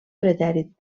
pretèrit